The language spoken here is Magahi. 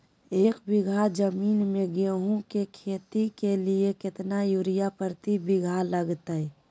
एक बिघा जमीन में गेहूं के खेती के लिए कितना यूरिया प्रति बीघा लगतय?